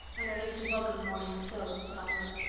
and i used to welcome the mornings so, thought rilla.